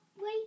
wait